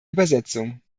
übersetzung